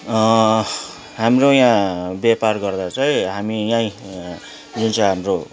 हाम्रो यहाँ व्यापार गर्दा चाहिँ हामी यहीँ जुन चाहिँ हाम्रो